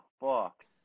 fuck